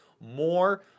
more